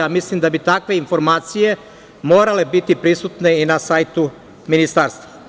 Mislim da bi takve informacije morale biti prisutne i na sajtu ministarstva.